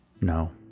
No